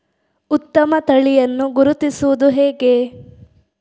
ಉತ್ತಮ ತಳಿಯನ್ನು ಗುರುತಿಸುವುದು ಹೇಗೆ?